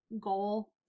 goal